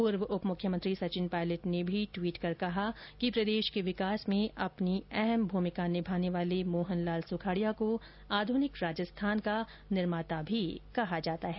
पूर्व उप मुख्यमंत्री सचिन पायलट ने भी ट्वीट कर कहा कि प्रदेश के विकास में अपनी अहम भूमिका निभाने वाले मोहनलाल सुखाड़िया को आधुनिक राजस्थान का निर्माता भी कहा जाता है